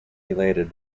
elated